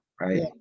Right